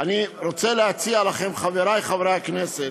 אני רוצה להציע לכם, חברי חברי הכנסת,